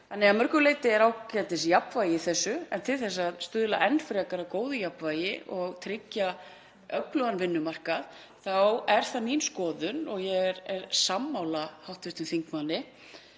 Þannig að mörgu leyti er ágætisjafnvægi í þessu. En til að stuðla enn frekar að góðu jafnvægi og tryggja öflugan vinnumarkað þá er það mín skoðun, og ég er sammála hv. þingmanni,